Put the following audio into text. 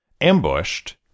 Ambushed